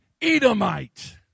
Edomite